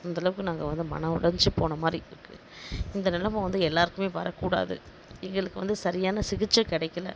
அந்த அளவுக்கு நாங்கள் வந்து மன உடஞ்சி போன மாதிரி இருக்கு இந்த நெலமை வந்து எல்லோருக்குமே வரக்கூடாது எங்களுக்கு வந்து சரியான சிகிச்சை கிடைக்கில